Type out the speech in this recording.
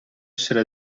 essere